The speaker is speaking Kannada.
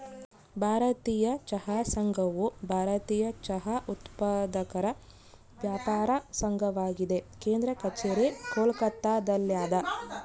ಭಾರತೀಯ ಚಹಾ ಸಂಘವು ಭಾರತೀಯ ಚಹಾ ಉತ್ಪಾದಕರ ವ್ಯಾಪಾರ ಸಂಘವಾಗಿದೆ ಕೇಂದ್ರ ಕಛೇರಿ ಕೋಲ್ಕತ್ತಾದಲ್ಯಾದ